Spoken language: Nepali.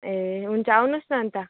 ए हुन्छ आउनुहोस् न अन्त